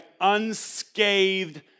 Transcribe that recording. unscathed